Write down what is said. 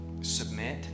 Submit